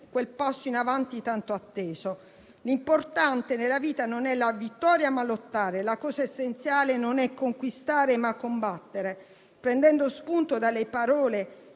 quel passo in avanti tanto atteso. L'importante nella vita non è la vittoria, ma lottare; la cosa essenziale non è conquistare, ma combattere. Prendendo spunto dalle parole